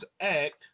act